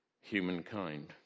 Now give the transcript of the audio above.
humankind